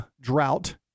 drought